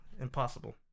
Impossible